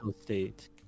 State